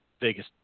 Vegas